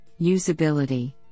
usability